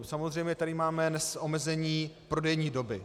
Samozřejmě tady máme dnes omezení prodejní doby.